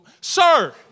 Sir